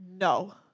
no